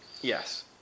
Yes